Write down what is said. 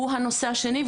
הוא הנושא השני,